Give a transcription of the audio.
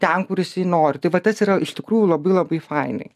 ten kur jisai nori tai va tas yra iš tikrųjų labai labai fainai